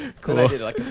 cool